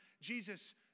Jesus